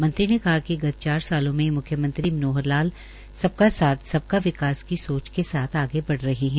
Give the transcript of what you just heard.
मंत्री ने कहा कि गत चार सालों में मुख्यमंत्री मनोहर लाल सबका साथ सबका विकास की सोच के साथ आगे बढ़ रहे है